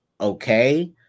Okay